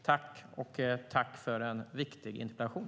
Tack för en viktig interpellation!